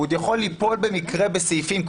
הוא עוד יכול ליפול במקרה בסעיפים,